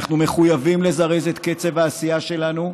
אנחנו מחויבים לזרז את קצב העשייה שלנו,